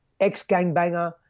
ex-gangbanger